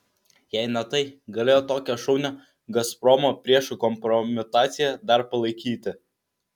jei ne tai galėjo tokią šaunią gazpromo priešų kompromitaciją dar palaikyti